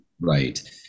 Right